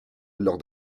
lors